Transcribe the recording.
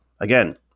Again